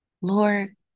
Lord